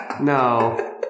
No